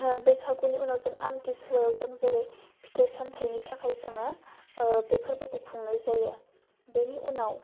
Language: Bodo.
बैसागुनि उनाव जों आमथि सुवायाव जों जेरै फिथाइ सामथाइनि थाखाय जोङो बे फोरबोखौ खुंनाय जायो बेनि उनाव